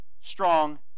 strong